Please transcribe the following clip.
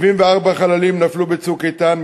74 חללים נפלו ב"צוק איתן",